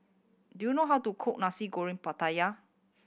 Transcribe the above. do you know how to cook Nasi Goreng Pattaya